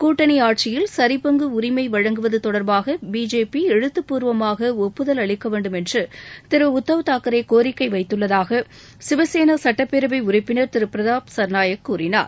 கூட்டணி ஆட்சியில் சரிபங்கு உரிமை வழங்குவது தொடர்பாக பிஜேபி எழுத்துபூர்வமாக ஒப்புதல் அளிக்க வேண்டும் என்று திரு உத்தவ் தாக்கரே கோரிக்கை வைத்தள்ளதாக சிவசேனா சுட்டப்பேரவை உறுப்பினர் திரு பிரதாப் சர்மாய்க் கூறினார்